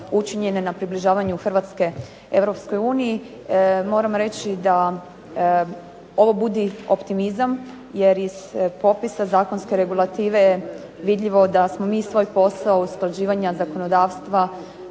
učinjene na približavanju Hrvatske EU. Moram reći da ovo budi optimizam jer iz popisa zakonske regulative je vidljivo da smo mi svoj posao usklađivanja zakonodavstva,